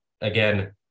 Again